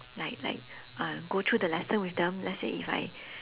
like like uh go through the lesson with them let's say if I